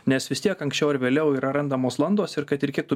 nes vis tiek anksčiau ar vėliau yra randamos landos ir kad ir kiek tu